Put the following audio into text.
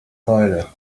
keule